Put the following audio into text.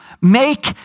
Make